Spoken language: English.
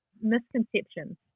misconceptions